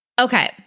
Okay